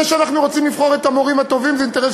זה שאנחנו רוצים לבחור את המורים הטובים זה אינטרס